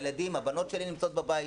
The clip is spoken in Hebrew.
הבנות שלי נמצאות בבית,